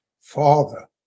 father